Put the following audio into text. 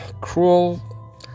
cruel